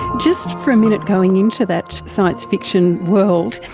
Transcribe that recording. just for a minute going into that science fiction world,